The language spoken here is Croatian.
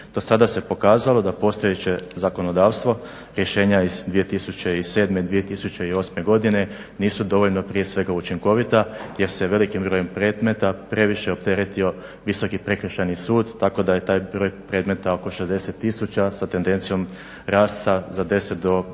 Do sada se pokazalo da postojeće zakonodavstvo rješenja iz 2007., 2008. godine nisu dovoljno prije svega učinkovita jer se velikim brojem predmeta previše opteretio Visoki prekršajni sud tako da je taj broj predmeta oko 60000 sa tendencijom rasta za 10 do